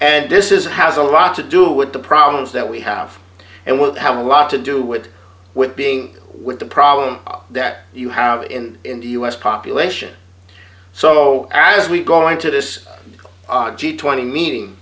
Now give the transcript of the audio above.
and this is has a lot to do with the problems that we have and will have a lot to do with with being with the problem that you have in the u s population so as we go into this g twenty meeting